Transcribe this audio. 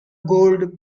gold